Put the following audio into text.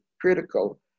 critical